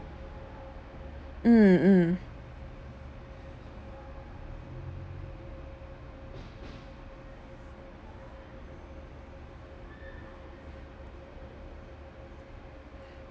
mm mm